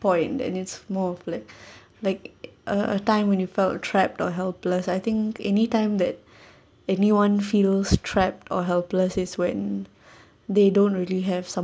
point that needs more of like like a a time when you felt trapped or helpless I think anytime that anyone feels trapped or helpless is when they don't really have